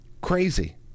Crazy